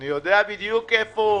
אני יודע בדיוק איפה מגזימים.